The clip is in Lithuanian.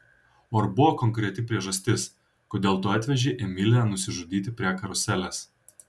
o ar buvo konkreti priežastis kodėl tu atvežei emilę nusižudyti prie karuselės